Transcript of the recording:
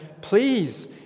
Please